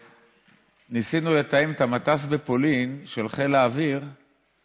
כשניסינו לתאם את המטס של חיל האוויר בפולין,